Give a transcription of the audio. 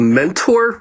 mentor